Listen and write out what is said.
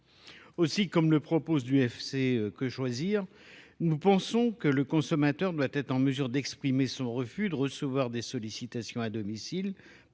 Aussi, comme le propose du FC Quechoisir, nous pensons que le consommateur doit être en mesure d'exprimer son refus de recevoir des sollicitations à domicile